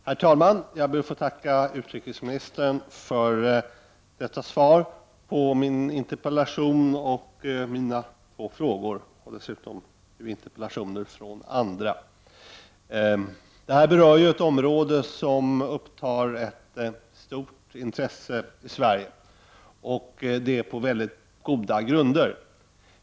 Herr talman! Jag ber att få tacka utrikessministern för detta svar på min interpellation, mina två frågor och frågorna från de andra ledamöterna. Denna debatt berör ett område som tilldrar sig ett stort intresse i Sverige, och det på väldigt goda grunder.